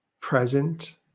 present